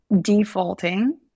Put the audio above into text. Defaulting